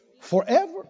forever